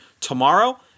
tomorrow